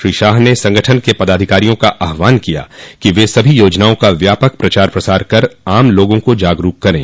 श्री शाह ने संगठन के पदाधिकारियों का आहवान किया कि वे सभी योजनाओं का व्यापक प्रचार प्रसार कर आम लोगों को जागरूक करें